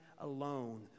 alone